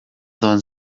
doan